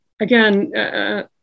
again